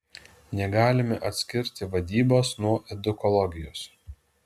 negalime atskirti vadybos nuo edukologijos